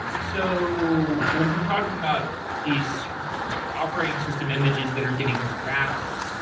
so when we're talking about these operating system images that are getting wrapped,